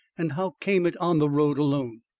and how came it on the road alone?